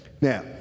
Now